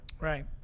Right